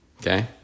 Okay